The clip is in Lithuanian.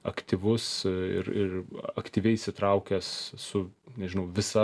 aktyvus ir ir aktyviai įsitraukęs su nežinau visa